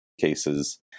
cases